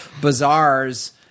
bazaars